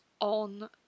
on